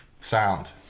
sound